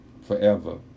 forever